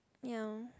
ya